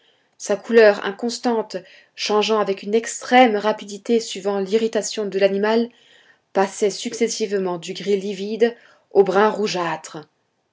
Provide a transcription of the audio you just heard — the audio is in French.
sa couleur inconstante changeant avec une extrême rapidité suivant l'irritation de l'animal passait successivement du gris livide au brun rougeâtre